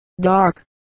dark